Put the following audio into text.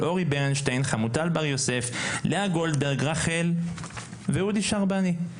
אורי ברנשטיין; חמוטל בר יוסף; לאה גולדברג; רחל; ואודי שרבני.